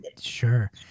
Sure